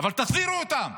אבל תחזירו אותם.